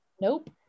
Nope